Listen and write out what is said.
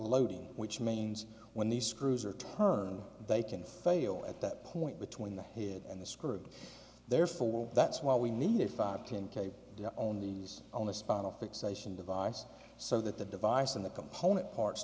loading which means when the screws are turned they can fail at that point between the head and the screw therefore that's why we need a five ten k only knees on a spinal fixation device so that the device in the component parts